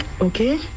okay